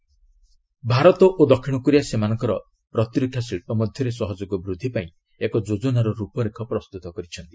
India South Korea Bharat ଓ ଦକ୍ଷିଣ Korea ସେମାନଙ୍କର ପ୍ରତିରକ୍ଷା ଶିଳ୍ପ ମଧ୍ୟରେ ସହଯୋଗ ବୃଦ୍ଧି ପାଇଁ ଏକ ଯୋଜନାର ରୂପରେଖ ପ୍ରସ୍ତୁତ କରିଛନ୍ତି